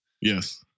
Yes